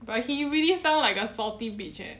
but he really sound like a salty bitch eh